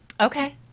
Okay